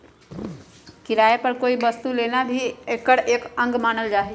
किराया पर कोई वस्तु के लेना भी एकर एक अंग मानल जाहई